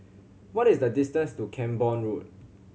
what is the distance to Camborne Road